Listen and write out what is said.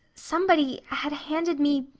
somebody. had handed me.